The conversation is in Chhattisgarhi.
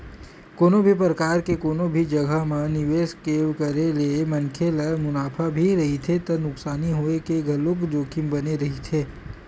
कोनो भी परकार के कोनो भी जघा म निवेस के करे ले मनखे ल मुनाफा भी रहिथे त नुकसानी होय के घलोक जोखिम बने रहिथे